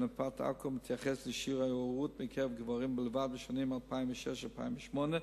מתייחס לשיעור ההיארעות בקרב גברים בלבד בשנים 2006 2008,